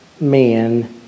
man